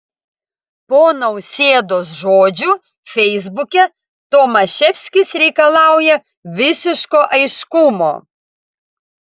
po nausėdos žodžių feisbuke tomaševskis reikalauja visiško aiškumo